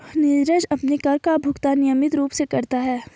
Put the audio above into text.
नीरज अपने कर का भुगतान नियमित रूप से करता है